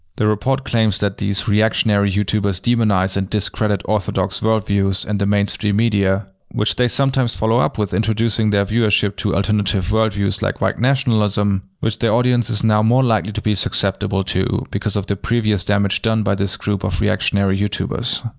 the report claims that these reactionary youtubers demonize and discredit orthodox worldviews and the mainstream media, which they sometimes follow up with introducing their viewership to alternative worldviews like white nationalism, which their audience is now more likely to be succeptible to because of the previous damage done by this group of reactionary youtubers.